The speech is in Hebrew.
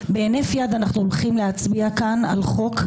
-- בהינף יד אנחנו הולכים להצביע כאן על חוק,